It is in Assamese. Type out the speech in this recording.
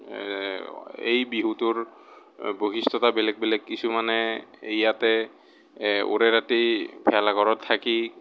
এই বিহুটোৰ বৈশিষ্ট্য়তা বেলেগ বেলেগ কিছুমানে ইয়াতে ওৰে ৰাতি ভেলাঘৰত থাকি